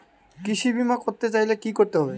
কৃষি বিমা করতে চাইলে কি করতে হবে?